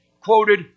quoted